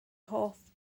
hoff